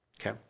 okay